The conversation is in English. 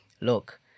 Look